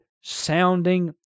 sounding